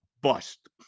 bust